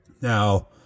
Now